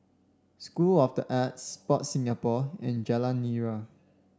School of the Arts Sport Singapore and Jalan Nira